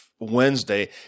Wednesday